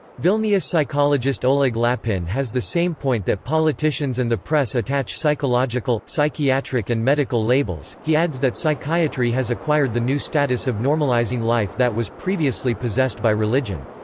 vilnius psychologist oleg lapin has the same point that politicians and the press attach psychological, psychiatric and medical labels he adds that psychiatry has acquired the new status of normalizing life that was previously possessed by religion.